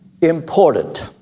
important